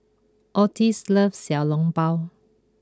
Ottis loves Xiao Long Bao